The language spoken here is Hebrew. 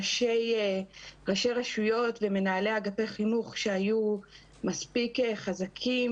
ראשי רשויות ומנהלי אגפי חינוך שהיו מספיק חזקים